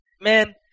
Man